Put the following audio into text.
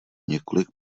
několik